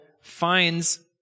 finds